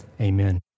amen